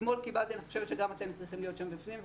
אני חושבת שגם אתם צריכים להיות בפנים.